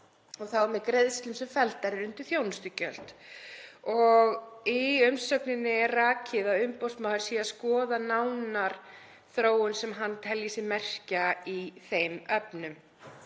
og þá með greiðslum sem felldar eru undir þjónustugjöld.“ Í umsögninni er rakið að umboðsmaður sé að skoða nánar þróun sem hann telji sig merkja í þeim efnum.